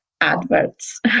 adverts